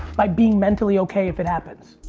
by being mentally okay if it happens.